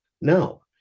No